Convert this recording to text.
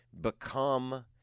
Become